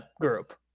group